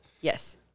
Yes